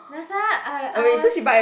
that's why I I was